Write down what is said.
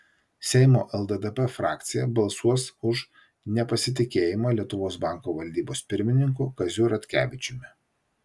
seimo lddp frakcija balsuos už nepasitikėjimą lietuvos banko valdybos pirmininku kaziu ratkevičiumi